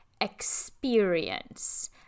experience